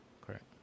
correct